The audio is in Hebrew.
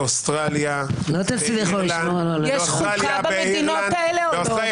באוסטרליה ---- יש חוקה במדינות האלה או לא?